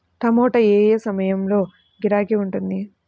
టమాటా ఏ ఏ సమయంలో గిరాకీ ఉంటుంది?